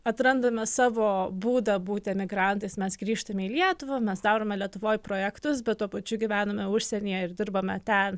atrandame savo būdą būti emigrantais mes grįžtame į lietuvą mes darome lietuvoj projektus bet tuo pačiu gyvename užsienyje ir dirbame ten